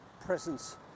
presence